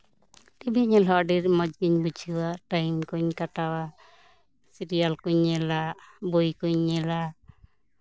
TV ᱧᱮᱞᱦᱚᱸ ᱟᱹᱰᱤ ᱢᱚᱡᱽ ᱜᱤᱧ ᱵᱩᱡᱷᱟᱹᱣᱟ ᱴᱟᱭᱤᱢ ᱠᱚᱧ ᱠᱟᱴᱟᱣᱟ ᱥᱤᱨᱭᱟᱞ ᱠᱚᱧ ᱧᱮᱞᱟ ᱵᱳᱭ ᱠᱚᱧ ᱧᱮᱞᱟ